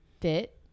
fit